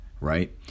Right